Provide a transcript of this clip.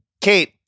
Kate